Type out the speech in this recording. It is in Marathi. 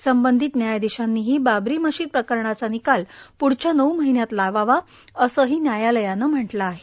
संबंधित न्यायाधीशांनीही बाबरी मशीद प्रकरणाचा निकाल पुढच्या नऊ महिन्यांत लावावा असंही न्यायालयानं म्हटलं आहे